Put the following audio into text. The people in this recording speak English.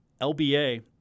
LBA